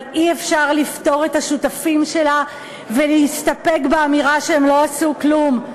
אבל אי-אפשר לפטור את השותפים שלה ולהסתפק באמירה שהם לא עשו כלום.